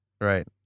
Right